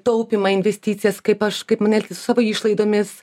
taupymą investicijas kaip aš kaip man elgtis su savo išlaidomis